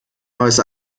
neues